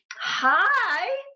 Hi